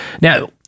Now